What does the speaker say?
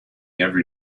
every